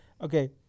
Okay